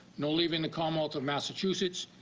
no leaving the commonwealth of massachusetts.